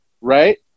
Right